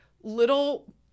little